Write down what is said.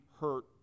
hurt